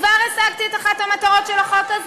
כבר השגתי את אחת המטרות של החוק,